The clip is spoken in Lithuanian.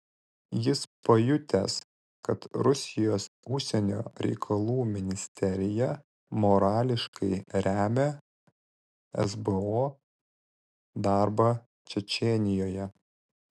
jis pajutęs kad rusijos užsienio reikalų ministerija morališkai remia esbo darbą čečėnijoje